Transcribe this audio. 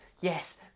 yes